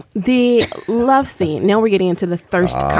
the love scene now we're getting into the third guy